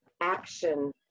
action